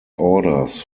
orders